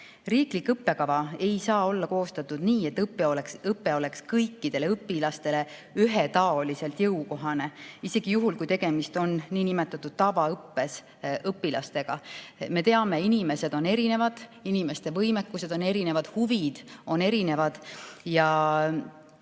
Riiklik õppekava ei saa olla koostatud nii, et õpe oleks kõikidele õpilastele ühetaoliselt jõukohane, isegi juhul, kui tegemist on niinimetatud tavaõppes [õppivate] õpilastega. Me teame, inimesed on erinevad, inimeste võimekus on erinev, huvid on erinevad.